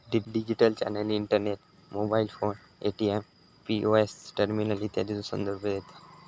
digital channel internet, mobile phone, ATM, POS terminal इत्यादीचो संदर्भ देता